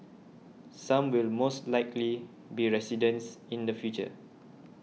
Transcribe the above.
some will most likely be residents in the future